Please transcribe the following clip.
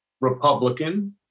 Republican